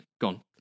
Gone